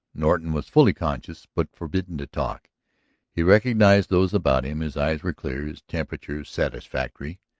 norton was fully conscious, but forbidden to talk he recognized those about him, his eyes were clear, his temperature satisfactory,